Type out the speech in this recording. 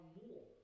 more